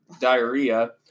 diarrhea